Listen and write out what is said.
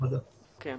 קודם